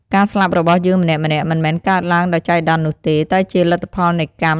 ការស្លាប់របស់យើងម្នាក់ៗ មិនមែនកើតឡើងដោយចៃដន្យនោះទេ តែជាលទ្ធផលនៃកម្ម ដែលយើងបានសាងកាលពីអតីតជាតិ ឬក្នុងជាតិនេះផ្ទាល់។